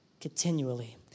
continually